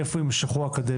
מאיפה ימשכו האקדמיה.